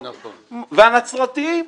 ובנצרתיים,